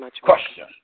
Question